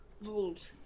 Vold